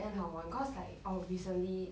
then 好玩 cause like oh recently